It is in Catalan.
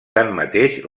tanmateix